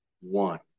one